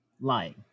lying